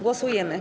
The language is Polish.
Głosujemy.